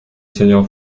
seigneur